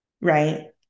Right